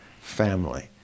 family